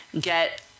get